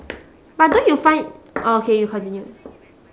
but don't you find uh okay you continue